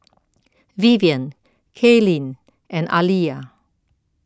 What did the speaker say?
Vivian Kaylene and Aaliyah